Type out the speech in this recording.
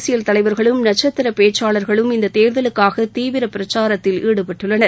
அரசியல் தலைவர்களும் நட்சத்திர பேச்சாளர்களும் இந்த தேர்தலுக்காக தீவிர பிரச்சாரத்தில் ஈடுபட்டுள்ளனர்